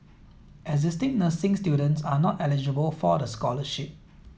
existing nursing students are not eligible for the scholarship